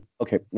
okay